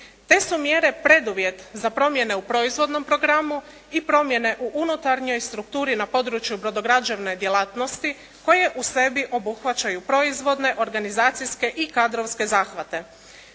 Te su mjere preduvjet za promjene u proizvodnom programu i promjene u unutarnjoj strukturi na području brodograđevne djelatnosti koje u sebi obuhvaćaju proizvodne, organizacijske i kadrovske zahvate.